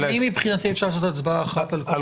מבחינתי אפשר לעשות הצבעה אחת על